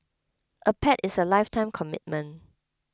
a pet is a lifetime commitment